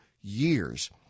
years